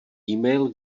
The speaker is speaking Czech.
email